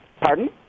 Pardon